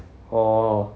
orh